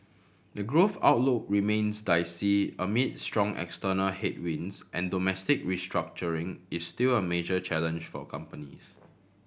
the growth outlook remains dicey amid strong external headwinds and domestic restructuring is still a major challenge for companies